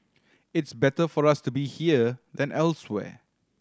it's better for us to be here than elsewhere